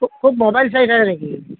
খুব খুব ম'বাইল চাই থাকে নেকি